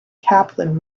kaplan